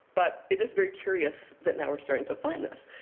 but it is very curious that now we're starting to find this,